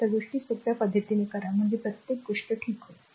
तर गोष्टी सोप्या पद्धतीने करा म्हणजे प्रत्येक गोष्ट ठीक होईल